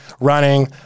running